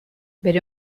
bere